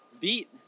beat